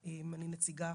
אני נציגה